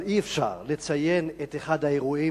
אבל אי-אפשר לציין את אחד האירועים